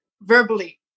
verbally